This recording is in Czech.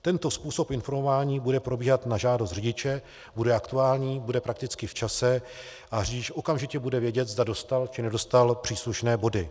Tento způsob informování bude probíhat na žádost řidiče, bude aktuální, bude prakticky v čase a řidič okamžitě bude vědět, zda dostal či nedostal příslušné body.